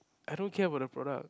I don't care about the product